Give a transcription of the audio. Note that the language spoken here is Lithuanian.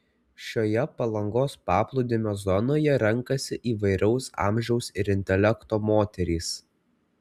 šioje palangos paplūdimio zonoje renkasi įvairaus amžiaus ir intelekto moterys